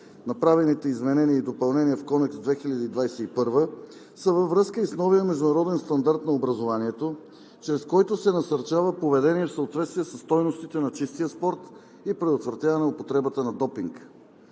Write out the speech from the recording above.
Направените изменения и допълнения в Кодекс 2021 са във връзка и с новия международен стандарт на образованието, чрез който се насърчава поведение в съответствие със стойностите на чистия спорт и предотвратяване употребата на допинг.